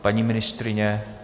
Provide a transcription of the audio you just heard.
Paní ministryně?